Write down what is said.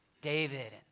David